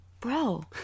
Bro